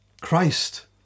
Christ